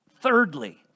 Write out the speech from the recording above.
Thirdly